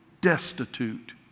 destitute